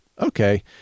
okay